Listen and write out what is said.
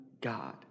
God